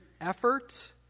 effort